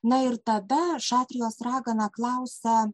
na ir tada šatrijos ragana klausia